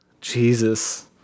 Jesus